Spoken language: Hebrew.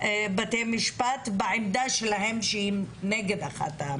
עמדת בתי המשפט שהיא נגד אחת ההמלצות.